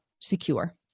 secure